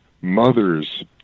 mothers